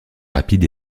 rapide